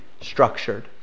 structured